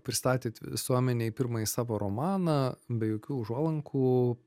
pristatėt visuomenei pirmąjį savo romaną be jokių užuolankų